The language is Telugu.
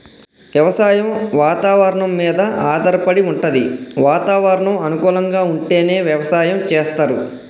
వ్యవసాయం వాతవరణం మీద ఆధారపడి వుంటది వాతావరణం అనుకూలంగా ఉంటేనే వ్యవసాయం చేస్తరు